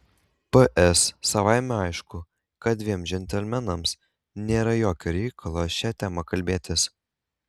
ps savaime aišku kad dviem džentelmenams nėra jokio reikalo šia tema kalbėtis